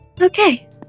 Okay